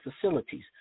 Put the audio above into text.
facilities